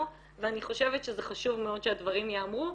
ואני חושבת שזה חשוב מאוד שהדברים ייאמרו.